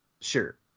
Sure